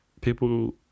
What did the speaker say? people